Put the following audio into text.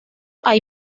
hay